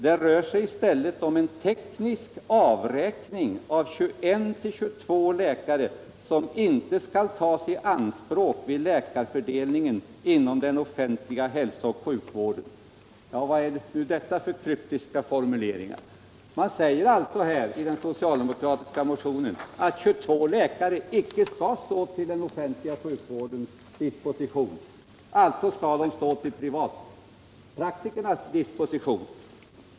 Det rör sig i stället om en teknisk avräkning av 21-22 läkare, vilka inte skall tas i anspråk vid läkarfördelningen inom den offentliga hälsooch sjukvården.” 179 Vad är nu detta för kryptiska formuleringar? Man säger i den socialdemokratiska motionen att 22 läkare icke skall stå till den offentliga sjukvårdens disposition. Alltså skall de stå till privatpraktikernas disposition.